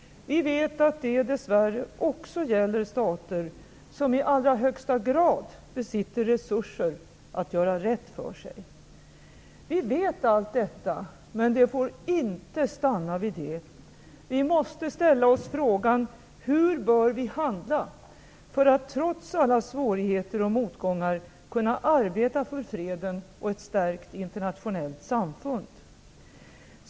Vi vet att detta dess värre också gäller stater som i allra högsta grad besitter resurser att göra rätt för sig. Vi vet allt detta. Men det får inte stanna vid det. Vi måste ställa oss frågan: Hur bör vi handla för att, trots alla svårigheter och motgångar, kunna arbeta för freden och ett stärkt internationellt samfund?